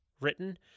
written